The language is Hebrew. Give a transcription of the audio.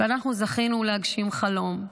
ואנחנו זכינו להגשים חלום.